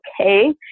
okay